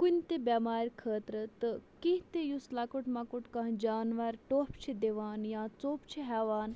کُنہِ تہِ بٮ۪مارِ خٲطرٕ تہٕ کینٛہہ تہِ یُس لۄکُٹ مۄکُٹ کانٛہہ جانوَر ٹوٚپھ چھِ دِوان یا ژوٚپ چھِ ہیٚوان